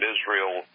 Israel